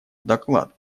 доклад